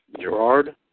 Gerard